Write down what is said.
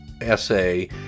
essay